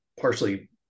partially